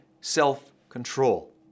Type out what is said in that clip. self-control